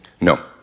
No